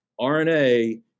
RNA